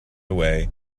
away